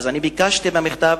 ביקשתי במכתב